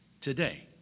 today